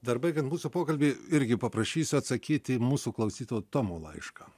dar baigiant mūsų pokalbį irgi paprašysiu atsakyti į mūsų klausyto tomo laišką